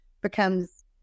becomes